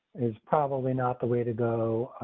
is probably not the way to go.